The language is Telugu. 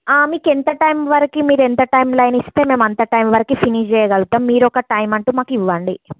మీకు ఎంత టైం వరకు మీరు ఎంత టైం లైన్ ఇస్తే మేము అంత టైం వరకు ఫినిష్ చెయ్యగలుగుతాము మీరు ఒక టైం అంటూ మాకు ఇవ్వండి